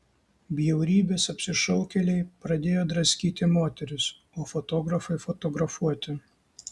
bjaurybės apsišaukėliai pradėjo draskyti moteris o fotografai fotografuoti